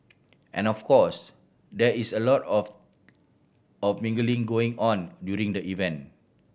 and of course there is a lot of of mingling going on during the event